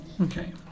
Okay